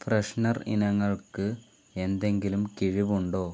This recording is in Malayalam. ഫ്രെഷ്നർ ഇനങ്ങൾക്ക് എന്തെങ്കിലും കിഴിവുണ്ടോ